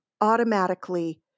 automatically